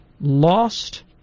lost